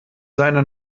seiner